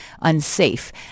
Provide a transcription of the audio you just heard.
unsafe